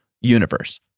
universe